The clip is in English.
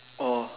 oh